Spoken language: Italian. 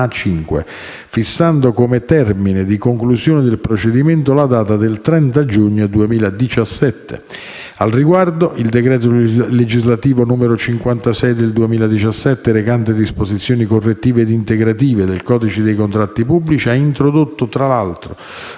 A5 fissando come termine di conclusione del procedimento la data del 30 giugno 2017. Al riguardo, il decreto legislativo n. 56 del 2017, recante disposizioni correttive ed integrative del codice dei contratti pubblici ha introdotto, tra l'altro,